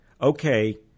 Okay